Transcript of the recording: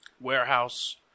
warehouse